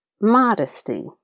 modesty